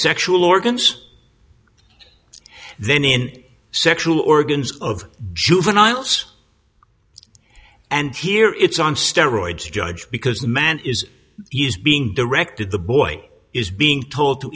sexual organs then in sexual organs of juveniles and here it's on steroids a judge because the man is he's being directed the boy is being told to